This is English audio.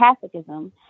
Catholicism